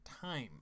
time